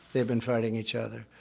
they've been fighting each other.